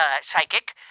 psychic